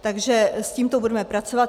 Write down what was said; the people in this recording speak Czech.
Takže s tímto budeme pracovat.